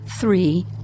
three